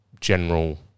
general